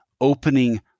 opening